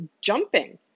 jumping